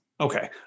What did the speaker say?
Okay